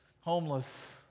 Homeless